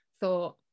thought